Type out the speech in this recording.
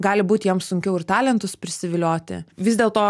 gali būt jiems sunkiau ir talentus prisivilioti vis dėlto